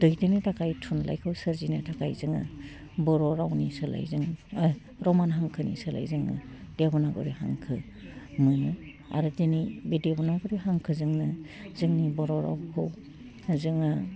दैदेननो थाखाइ थुनलाइखौ सोरजिनो थाखाइ जोङो बर' रावनि सोलाइ जों रमान हांखोनि सोलाइ जोङो देबनाग्रि हांखो मोनो आरो दिनै बे देब'नाग्रि हांखोजोंनो जोंनि बर' रावखौ जोङो